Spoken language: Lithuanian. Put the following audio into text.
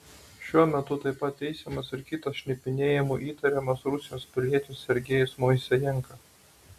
šiuo metu taip pat teisiamas ir kitas šnipinėjimu įtariamas rusijos pilietis sergejus moisejenka